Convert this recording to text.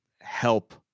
help